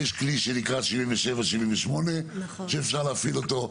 יש כלי שנקרא 78,77 שאפשר להפעיל אותו,